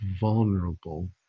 vulnerable